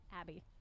Abby